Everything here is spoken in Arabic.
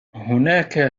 هناك